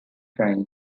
crime